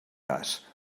cas